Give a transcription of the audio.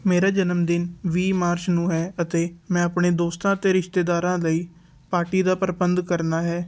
ਮੇਰਾ ਜਨਮਦਿਨ ਵੀਹ ਮਾਰਚ ਨੂੰ ਹੈ ਅਤੇ ਮੈਂ ਆਪਣੇ ਦੋਸਤਾਂ ਅਤੇ ਰਿਸ਼ਤੇਦਾਰਾਂ ਲਈ ਪਾਰਟੀ ਦਾ ਪ੍ਰਬੰਧ ਕਰਨਾ ਹੈ